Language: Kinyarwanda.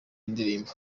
w’indirimbo